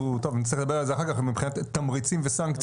אנחנו נצטרך לדבר על זה אחר כך מבחינת תמריצים וסנקציות.